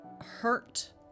hurt